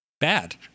bad